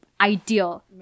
ideal